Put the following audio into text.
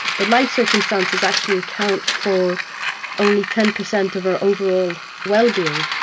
but life circumstances actually account for only ten percent of our overall wellbeing.